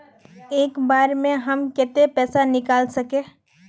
एक बार में हम केते पैसा निकल सके?